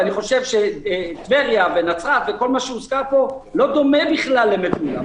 ואני חושב שטבריה ונצרת וכל מה שהוזכר פה לא דומה בכלל למטולה,